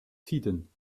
tiden